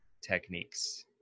techniques